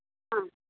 ஆ